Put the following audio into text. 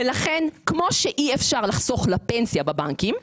לכן כמו שאי אפשר לחסוך לפנסיה בבנקים,